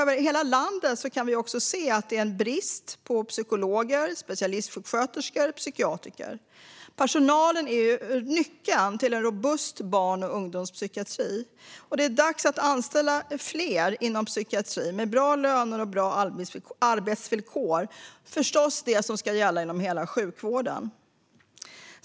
Vi kan se att det över hela landet är brist på psykologer, specialistsjuksköterskor och psykiatriker. Personalen är ju nyckeln till en robust barn och ungdomspsykiatri, och det är dags att anställa fler inom psykiatrin med bra löner och bra arbetsvillkor. Det ska förstås gälla inom hela sjukvården.